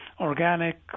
organic